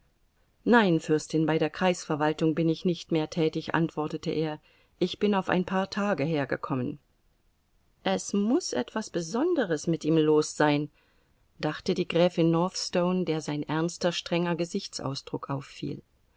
nein fürstin bei der kreisverwaltung bin ich nicht mehr tätig antwortete er ich bin auf ein paar tage hergekommen es muß etwas besonderes mit ihm los sein dachte die gräfin northstone der sein ernster strenger gesichtsausdruck auffiel